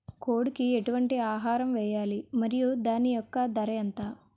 కోడి కి ఎటువంటి ఆహారం వేయాలి? మరియు దాని యెక్క ధర ఎంత?